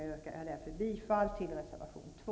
Jag yrkar bifall till reservation 2.